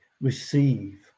receive